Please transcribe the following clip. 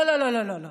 לא לא לא לא לא.